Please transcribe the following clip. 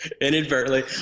inadvertently